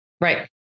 right